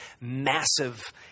massive